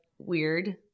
Weird